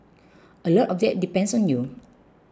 a lot of that depends on you